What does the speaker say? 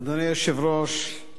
אדוני היושב-ראש,